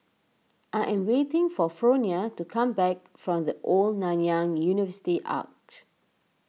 I am waiting for Fronia to come back from the Old Nanyang University Arch